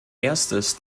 erstes